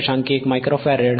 1 micro farad 0